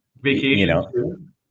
Vacation